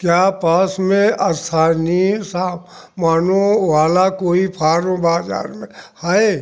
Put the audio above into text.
क्या पास में स्थानीय सा मानों वाला कोई फार्म बाज़ार में है